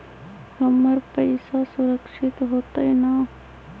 हमर पईसा सुरक्षित होतई न?